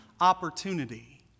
opportunity